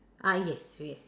ah yes yes